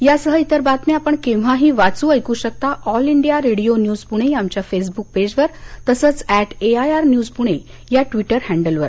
यासह इतर बातम्या आपण केव्हाही वाचू ऐकू शकता All India Radio News Pune या आमच्या फेसबुक पेजवर तसंच at A I R news Pune या ट्विटर हॅडलवर